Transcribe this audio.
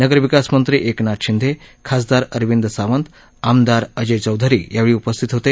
नगरविकास मंत्री एकनाथ शिंदे खासदार अरविंद सावंत आमदार अजय चौधरी यावेळी उपस्थित होते